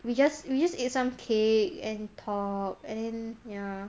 we just we just eat some cake and talk and then ya